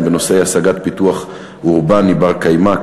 בנושא השגת פיתוח אורבני בר-קיימא,